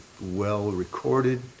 well-recorded